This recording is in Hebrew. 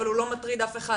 אבל הוא לא מטריד אף אחד